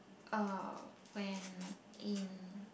uh when in